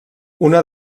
una